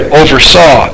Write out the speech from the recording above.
oversaw